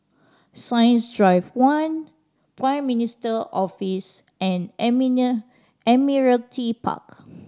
Science Drive One Prime Minister Office and Admiralty Park